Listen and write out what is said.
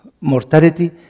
mortality